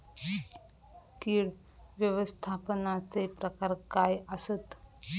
कीड व्यवस्थापनाचे प्रकार काय आसत?